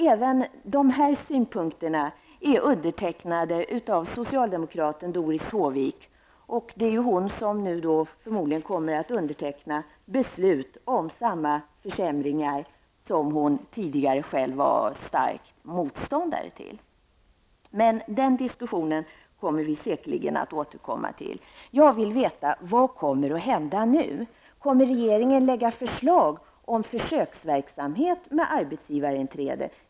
Även de här synpunkterna är undertecknade av socialdemokraten Doris Håvik, och det är hon som nu förmodligen kommer att underteckna beslutet om samma försämringar som hon tidigare var stark motståndare till. Men den diskussionen får vi säkerligen återkomma till. Jag vill veta vad som kommer att hända nu. Kommer regeringen att lägga fram förslag om en försöksverksamhet med arbetsgivarinträde?